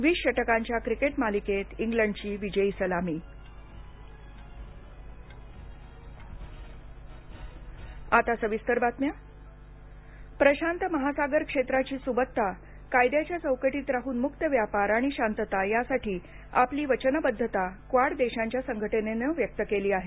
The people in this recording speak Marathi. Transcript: वीस षटकांच्या क्रिकेट मालिकेत इंग्लंडची विजयी सलामी क्वाड परिषद प्रशांत महासागर क्षेत्राची सुबत्ता कायद्याच्या चौकटीत राहून मुक्त व्यापार आणि शांतता यासाठी आपली वचनबद्धता क्वाड देशांच्या संघटनेनं व्यक्त केली आहे